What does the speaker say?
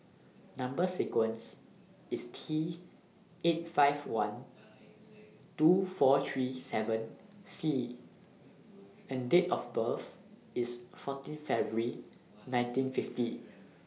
Number sequence IS T eight five one two four three seven C and Date of birth IS fourteen February nineteen fifty